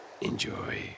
Enjoy